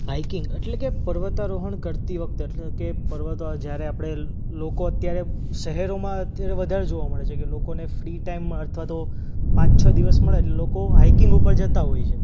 હાઇકીગ એટલે કે પર્વતારોહણ કરતી વખતે એટલે કે પર્વતો જ્યારે આપણે લોકો અત્યારે શહેરોમાં અત્યારે વધારે જોવા મળે છે કે લોકોને ફ્રી ટાઈમ અથવા તો પાંચ છ દિવસ મળે લોકો હાઈકિંગ ઉપર જતાં હોય છે